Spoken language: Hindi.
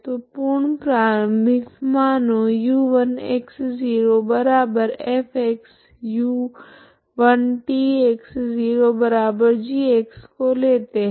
तो पूर्ण प्रारम्भिक मानों u1x0f u1tx0g को लेते है